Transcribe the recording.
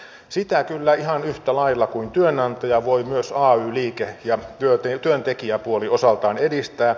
sitä kyllä ihan yhtä lailla kuin työnantaja voivat myös ay liike ja työntekijäpuoli osaltaan edistää